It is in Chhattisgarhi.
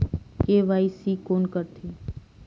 के.वाई.सी कोन करथे?